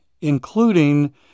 including